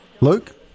Luke